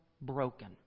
broken